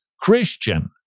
Christian